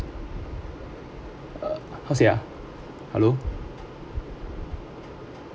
how to say ah hello